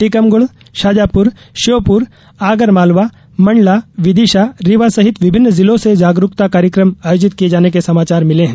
टीकमगढ़ शाजापुर श्योपुर आगर मालवा मण्डला विदिशा रीवा सहित विभिन्न जिलों से जागरुकता कार्यक्रम आयोजित किये जाने के समाचार मिले हैं